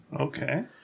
Okay